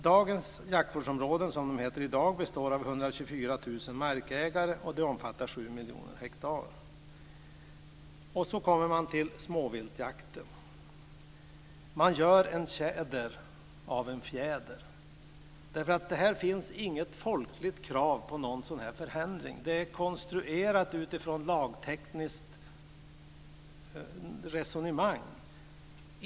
Dagens jaktvårdsområden, som benämningen i dag är, består av 124 000 markägare och omfattar 7 För det tredje gör man när det gäller småviltsjakten en tjäder av en fjäder. Här finns nämligen inget folkligt krav på en sådan här förändring, utan det hela är konstruerat utifrån ett lagtekniskt resonemang.